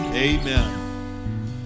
Amen